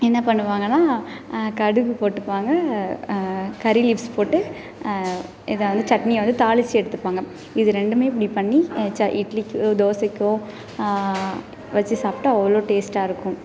என்ன பண்ணுவாங்கனா கடுகு போட்டுப்பாங்க கறிலீஃப்ஸ் போட்டு இதை வந்து சட்னியை வந்து தாளித்து எடுத்துப்பாங்க இது ரெண்டும் இப்படி பண்ணி இட்லிக்கோ தோசைக்கோ வச்சு சாப்பிட்டா அவ்வளோ டேஸ்ட்டாக இருக்கும்